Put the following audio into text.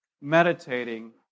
meditating